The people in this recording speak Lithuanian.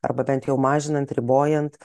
arba bent jau mažinant ribojant